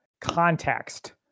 context